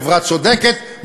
חברה צודקת,